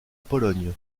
pologne